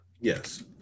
Yes